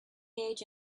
age